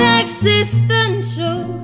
existential